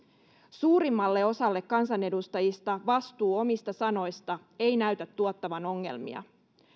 suurimmalle osalle kansanedustajista vastuu omista sanoista ei näytä tuottavan ongelmia